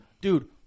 Dude